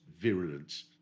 virulence